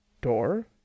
Door